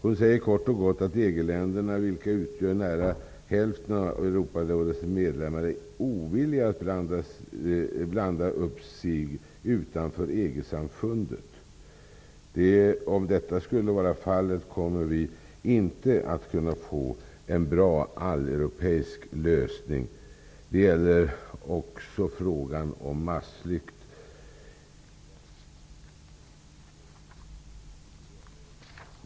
Hon säger kort och gott att EG-länderna, vilka utgör nära hälften av Europarådets medlemmar, är ovilliga att binda upp sig utanför EG-samfundet. Om detta skulle bli fallet kommer vi inte att kunna få en bra alleuropeisk lösning. Det gäller också frågan om massflykt.